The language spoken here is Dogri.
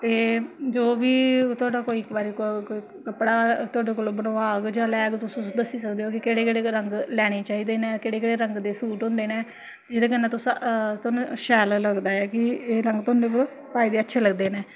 ते जो बी थोआडा कोई इक बारी कोई कपड़ा तोआड़े कोला बनवाग जां लैग तुस दस्सी सकदे ओ केह्ड़े केह्ड़े रंग लैने चाहिदे न केह्ड़े केह्ड़े रंग दे सूट होंदे न एह्दे कन्नै तुस तोआनू शैल लगदा ऐ कि रंग तोआनू पाए दे अच्छे लगदे न